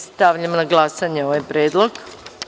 Stavljam na glasanje ovaj predlog.